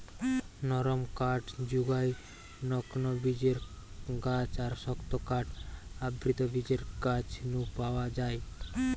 নরম কাঠ জুগায় নগ্নবীজের গাছ আর শক্ত কাঠ আবৃতবীজের গাছ নু পাওয়া যায়